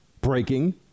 breaking